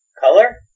Color